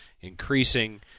increasing